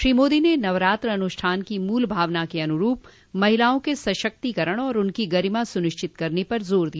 श्री मोदी ने नवरात्र अनुष्ठान की मूल भावना के अनुरूप महिलाओं के सशक्तिकरण और उनकी गरिमा सुनिश्चित करने पर जोर दिया